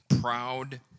proud